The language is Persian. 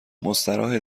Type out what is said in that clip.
مستراحه